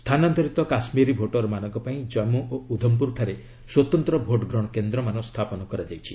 ସ୍ଥାନାନ୍ତରିତ କାଶ୍ମୀରୀ ଭୋଟରମାନଙ୍କ ପାଇଁ ଜାମ୍ମୁ ଓ ଉଧମପୁରଠାରେ ସ୍ୱତନ୍ତ ଭୋଟ୍ଗ୍ରହଣ କେନ୍ଦ୍ରମାନ ସ୍ଥାପନ କରାଯାଇଛି